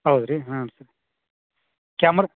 ಹೌದು ರೀ ಹಾಂ ಕ್ಯಾಮ್ರ್